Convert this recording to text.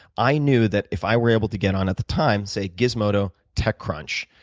i knew that if i were able to get on at the time, say gizmodo tech crunch,